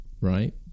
right